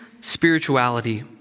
spirituality